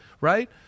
Right